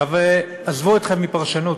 עזבו אתכם מפרשנות,